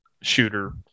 shooter